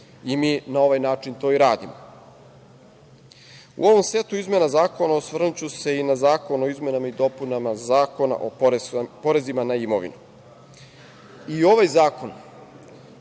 i mi na ovaj način to i radimo.U ovom setu izmena zakona osvrnuću se i na zakon o izmenama i dopuna Zakona o porezima na imovinu. I ovaj zakon